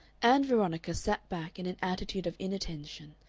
ann veronica sat back in an attitude of inattention,